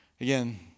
again